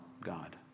God